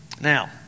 Now